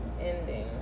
ending